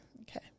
Okay